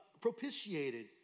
propitiated